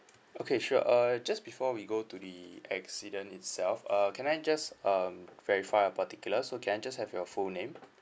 okay sure err just before we go to the accident itself uh can I just um verify your particular so can I just have your full name